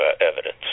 evidence